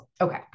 Okay